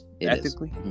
ethically